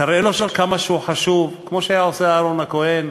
תראה לו כמה שהוא חשוב, כמו שהיה עושה אהרן הכוהן,